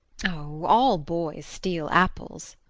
oh, all boys steal apples.